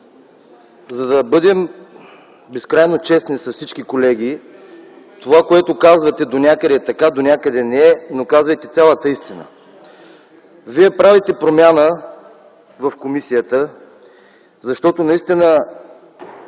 За да бъдем безкрайно честни с всички колеги, това, което казвате, донякъде е така, донякъде не е, но казвайте цялата истина. Вие правите промяна в комисията, защото наистина